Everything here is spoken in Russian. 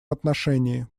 отношении